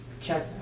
check